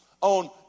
on